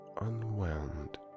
unwound